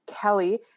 kelly